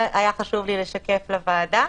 זה היה חשוב לי לשקף לוועדה.